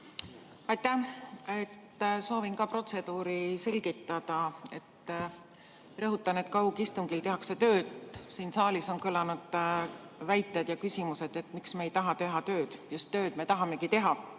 Aitäh! Soovin ka protseduuri selgitada. Rõhutan, et kaugistungil tehakse tööd. Siin saalis on kõlanud väited ja küsimused, miks me ei taha teha tööd. Just tööd me tahamegi teha.